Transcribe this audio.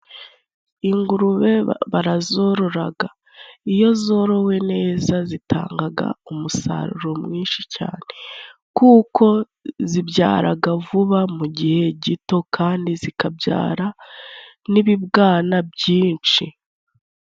Ingurube barazororaga iyo zorowe neza zitangaga, umusaruro mwinshi cyane. Kuko zibyaraga vuba mu gihe gito kandi zikabyara n'ibibwana byinshi.